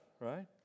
right